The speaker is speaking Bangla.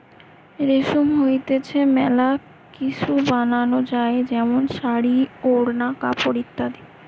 রেশম হইতে মেলা কিসু বানানো যায় যেমন শাড়ী, ওড়না, কাপড় ইত্যাদি